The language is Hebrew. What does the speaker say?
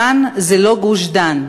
כאן זה לא גוש-דן.